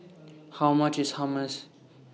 How much IS Hummus